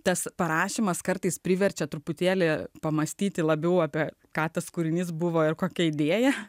tas parašymas kartais priverčia truputėlį pamąstyti labiau apie ką tas kūrinys buvo ir kokią idėją